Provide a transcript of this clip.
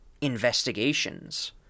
investigations